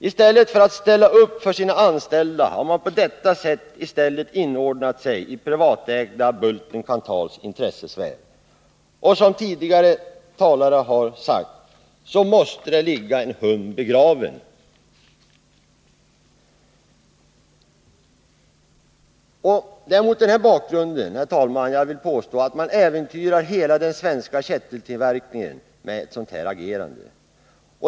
I stället för att ställa upp för sina anställda har man på detta sätt inordnat sig i privatägda Bulten-Kanthals intressesfär. Och det måste vara som tidigare talare sagt: Här ligger en hund begraven! Det är mot denna bakgrund, herr talman, som jag vill påstå att man äventyrar hela den svenska kättingtillverkningen genom ett sådant här agerande.